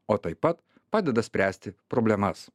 o taip pat padeda spręsti problemas